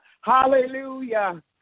Hallelujah